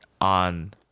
on